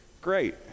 Great